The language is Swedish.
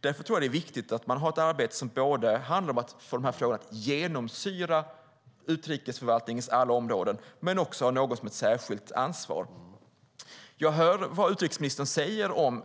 Därför tror jag att det är viktigt att både ha ett arbete som handlar om att få de här frågorna att genomsyra utrikesförvaltningens alla områden men också ha någon som har ett särskilt ansvar. Jag hör vad utrikesministern säger om